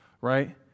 Right